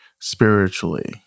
spiritually